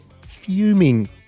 fuming